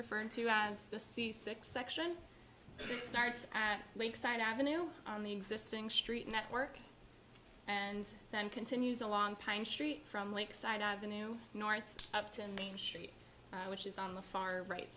referred to as the c six section that starts at lakeside avenue on the existing street network and then continues along pine street from lakeside avenue north up to main street which is on the far right